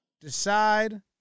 decide